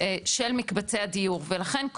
של מקבצי הדיור ולכן,